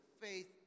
faith